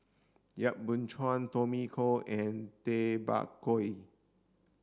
Yap Boon Chuan Tommy Koh and Tay Bak Koi